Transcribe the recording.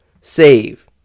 Save